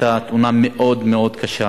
היתה תאונה מאוד-מאוד קשה